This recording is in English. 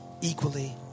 Equally